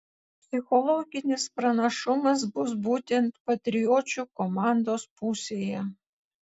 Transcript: psichologinis pranašumas bus būtent patriočių komandos pusėje